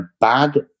bad